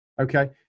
Okay